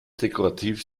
dekorativ